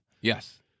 yes